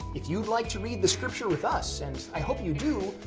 if you'd like to read the scripture with us, and i hope you do,